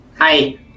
Hi